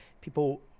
People